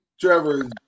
Trevor